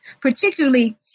particularly